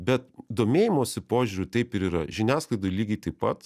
bet domėjimosi požiūriu taip ir yra žiniasklaidoj lygiai taip pat